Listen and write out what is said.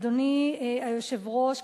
אדוני היושב-ראש,